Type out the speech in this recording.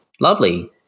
lovely